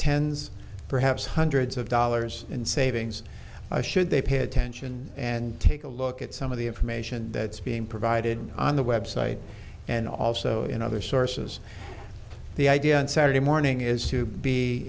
tens perhaps hundreds of dollars in savings i should they pay attention and take a look at some of the information that's being provided on the web site and also in other sources the idea on saturday morning is to be